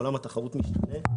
עולם התחרות משתנה.